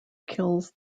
kills